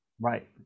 Right